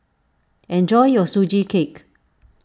enjoy your Sugee Cake